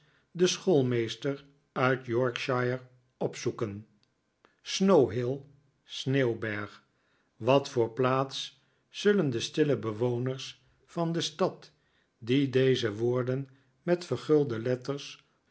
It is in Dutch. den schoolmeester uit yorkshire opzoeken snow hill sneeuwberg wat voor plaats zullen de stille bewoners van de stad die deze woorden met vergulde letters